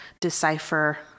decipher